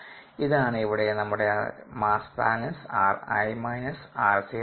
ഇതാണ് ഇവിടെ നമ്മുടെ മാസ് ബാലൻസ്